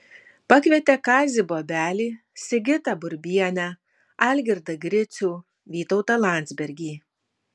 pakvietė kazį bobelį sigitą burbienę algirdą gricių vytautą landsbergį